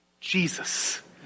Jesus